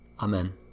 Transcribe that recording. Amen